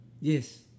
yes